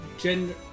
gender